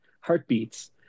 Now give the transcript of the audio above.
heartbeats